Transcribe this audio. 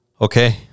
Okay